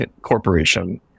corporation